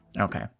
Okay